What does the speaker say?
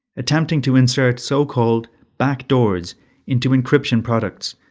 attempting to insert so-called backdoors into encryption products,